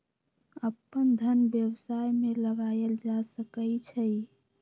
अप्पन धन व्यवसाय में लगायल जा सकइ छइ